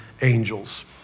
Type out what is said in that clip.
angels